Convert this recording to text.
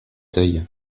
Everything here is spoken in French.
deuil